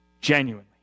genuinely